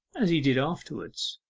as he did afterwards.